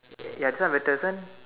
ya this one better this one